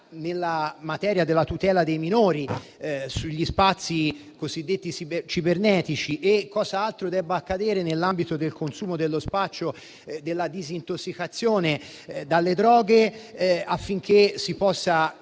in materia di tutela dei minori negli spazi cosiddetti cibernetici e cos'altro debba accadere nell'ambito del consumo, dello spaccio e della disintossicazione dalle droghe, affinché si possa